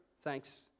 thanks